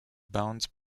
band